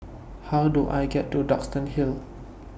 How Do I get to Duxton Hill